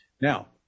Now